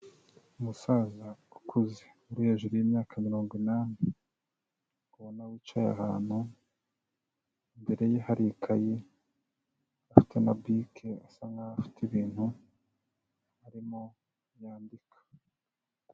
Umusaza ukuze uri hejuru y'imyaka mirongo inani, ubona wicaye ahantu, imbere ye hari ikayi, afite na bike, asa nkaho afite ibintu arimo yandika.